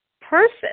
person